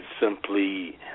simply